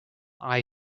eye